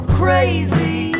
crazy